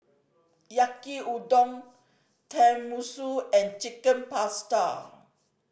Yaki Udon Tenmusu and Chicken Pasta